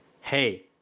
hey